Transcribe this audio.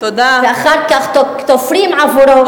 ואחר כך תופרים עבורו,